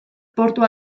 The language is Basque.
portu